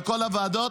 בכל הוועדות,